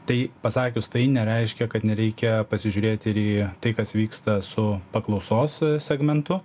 tai pasakius tai nereiškia kad nereikia pasižiūrėti ir į tai kas vyksta su paklausos segmentu